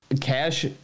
cash